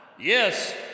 Yes